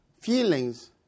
feelings